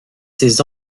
ses